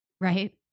Right